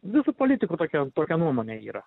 visų politikų tokia tokia nuomonė yra